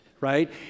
right